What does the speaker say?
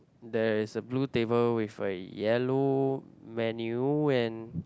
there is a blue table with a yellow menu and